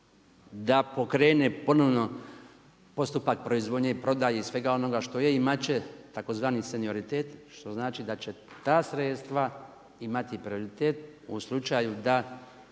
da pokrene ponovno postupak proizvodnje i prodaje i svega onoga što je i imat će tzv. senioritet što znači da će ta sredstva imati prioritet u slučaju da